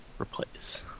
replace